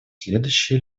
следующие